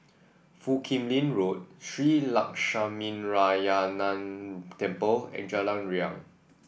Foo Kim Lin Road Shree Lakshminarayanan Temple and Jalan Riang